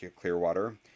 Clearwater